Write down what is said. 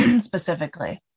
Specifically